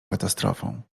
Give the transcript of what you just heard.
katastrofą